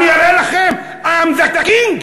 אני אראה לכם, I'm the king?